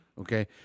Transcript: Okay